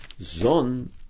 Zon